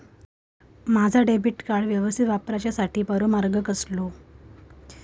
माजा debit card यवस्तीत वापराच्याखाती बरो मार्ग कसलो?